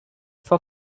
for